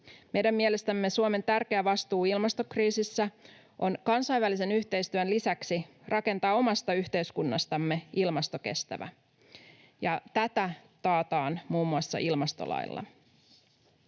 Meidän mielestämme Suomen tärkeä vastuu ilmastokriisissä on kansainvälisen yhteistyön lisäksi rakentaa omasta yhteiskunnastamme ilmastokestävä, ja tätä taataan muun muassa ilmastolailla.